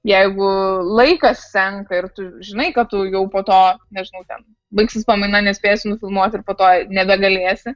jeigu laikas senka ir tu žinai kad tu jau po to nežinau ten baigsis pamaina nespės nufilmuoti ir po to nebegalėsi